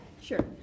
sure